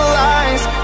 lies